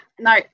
no